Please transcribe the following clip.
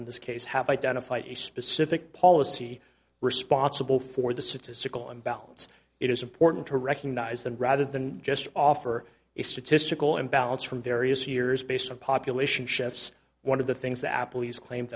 in this case have identified a specific policy responsible for the statistical imbalance it is important to recognize them rather than just offer a statistical imbalance from various years based on population shifts one of the things that apple has claimed